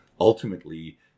ultimately